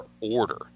order